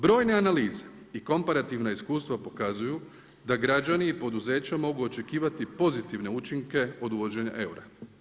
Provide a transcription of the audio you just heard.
Brojne analize i komparativna iskustva pokazuju da građani i poduzeća mogu očekivati pozitivne učinke od uvođenja eura.